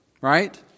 right